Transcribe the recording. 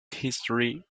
history